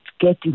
get